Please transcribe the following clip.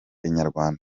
inyarwanda